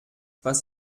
was